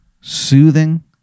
soothing